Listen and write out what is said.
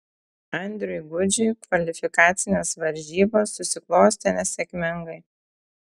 andriui gudžiui kvalifikacinės varžybos susiklostė nesėkmingai